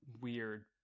weird